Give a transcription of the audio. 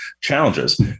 challenges